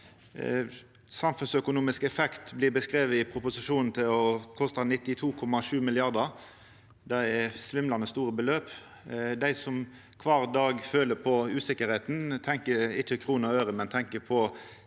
samfunnsøkonomiske effekten blir beskriven i proposisjonen til å kosta 92,7 mrd. kr. Det er svimlande store beløp. Dei som kvar dag føler på usikkerheit, tenkjer ikkje kroner og øre, men dei tenkjer på